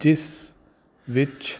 ਜਿਸ ਵਿੱਚ